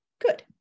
Good